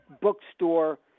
bookstore